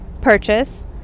purchase